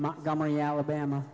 montgomery alabama